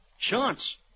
Chance